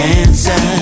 answer